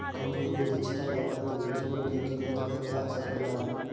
कमजोर रूप दक्षता का प्रतिभूतियों की कीमत पर क्या असर पड़ता है?